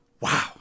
Wow